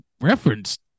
referenced